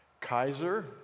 Kaiser